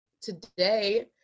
Today